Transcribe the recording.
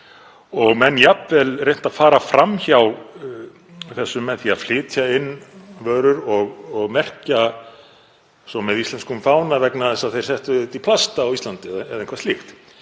og menn jafnvel reynt að fara fram hjá því með því að flytja inn vörur og merkja svo með íslenskum fána vegna þess að þeir settu þær í plast á Íslandi eða eitthvað slíkt.